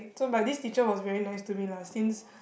so but this teacher was very nice to me lah since